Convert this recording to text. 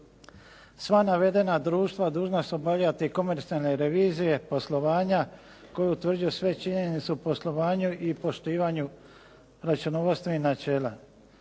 Sva navedena društva dužna su obavljati komisione revizije poslovanja koje utvrđuju sve činjenice u poslovanju i poštivanju računovodstvenih načela.